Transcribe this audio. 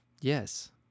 Yes